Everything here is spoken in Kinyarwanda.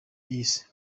yise